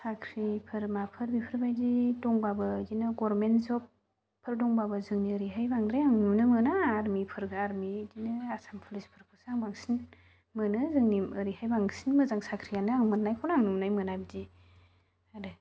साख्रिफोर माबाफोर बेफोरबायदि दंबाबो बिदिनो गभर्नमेन्ट जबफोर दंबाबो जोंनि ओरैहाय बांद्राय आं नुनो मोना आर्मिफोर आर्मि बिदिनो आसाम पुलिसफोरखौसो आं बांसिन मोनो जोंनि ओरैहाय बांसिन मोजां साख्रियानो आं मोननायखौनो आं नुनाय मोना बिदि आरो